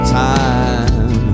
time